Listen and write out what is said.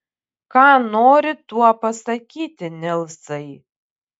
ką nori tuo pasakyti nilsai